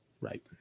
right